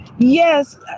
Yes